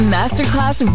Masterclass